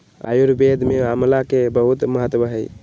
आयुर्वेद में आमला के बहुत महत्व हई